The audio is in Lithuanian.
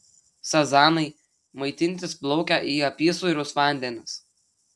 sazanai maitintis plaukia į apysūrius vandenis